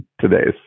today's